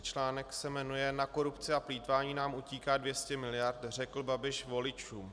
Článek se jmenuje Na korupci a plýtvání nám utíká 200 miliard, řekl Babiš voličům.